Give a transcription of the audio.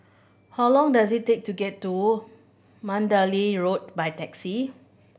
how long does it take to get to Mandalay Road by taxi